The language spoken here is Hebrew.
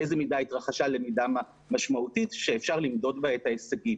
באיזה מידה התרחשה למידה משמעותית שאפשר למדוד בה את ההישגים.